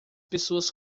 pessoas